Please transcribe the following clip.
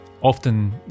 often